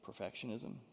perfectionism